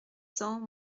cents